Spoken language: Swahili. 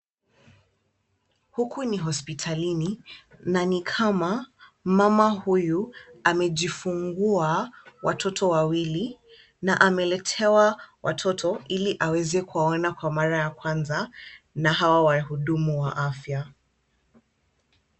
Huku ni hospitalini na ni kama, mama huyu amejifungua watoto wawili na ameletewa watoto ili aweze kuwaona kwa mara ya kwanza na hao wahudumu wa afya.